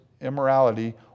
immorality